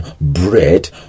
bread